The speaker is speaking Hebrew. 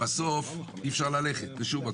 בסוף אי אפשר ללכת לשום מקום.